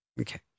Okay